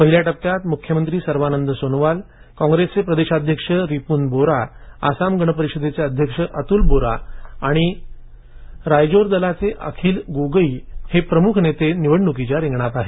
पहिल्या टप्प्यात मुख्यमंत्री सर्वानंद सोनोवाल कॉंग्रेसचे प्रदेशाध्यक्ष रीपून बोरा आसाम गण परिषदेचे अध्यक्ष अतुल बोरा आणि रायजोर दलाचे अध्यक्ष अखिल गोगोई हे प्रमुख नेते रिंगणात आहेत